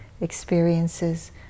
Experiences